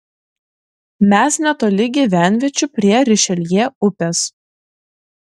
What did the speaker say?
mes netoli gyvenviečių prie rišeljė upės